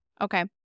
Okay